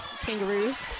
kangaroos